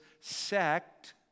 sect